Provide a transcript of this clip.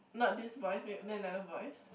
not this voice make another voice